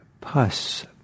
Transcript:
pus